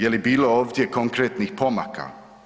Je li bilo ovdje konkretnih pomaka?